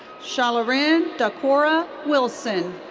sha'laryn da'kora wilson.